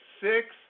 Six